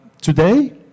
Today